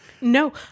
No